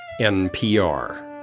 NPR